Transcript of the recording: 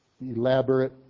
elaborate